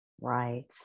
Right